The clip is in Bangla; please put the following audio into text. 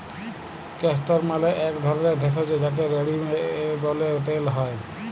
ক্যাস্টর মালে এক ধরলের ভেষজ যাকে রেড়ি ব্যলে তেল হ্যয়